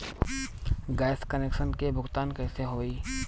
Gas connection के भुगतान कैसे होइ?